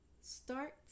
Start